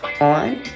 on